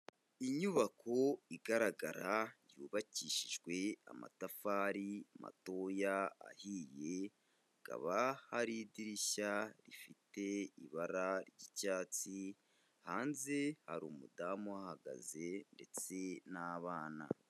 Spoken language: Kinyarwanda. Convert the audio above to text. Inyubako igaragara yubakishijwe amatafari matoya ahiye, hakaba hari idirishya rifite ibara ry'icyatsi, hanze hari umudamu uhagaze ndetse n'abana.